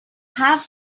have